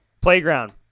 playground